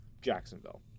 Jacksonville